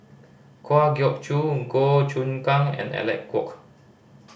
Kwa Geok Choo Goh Choon Kang and Alec Kuok